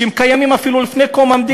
שקיימים אפילו מלפני קום המדינה,